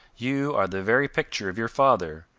you are the very picture of your father.